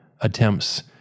attempts